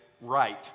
right